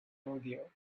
rodeo